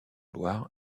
loire